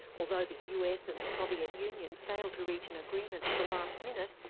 although the us and the soviet union failed to reach an agreement at the last minute,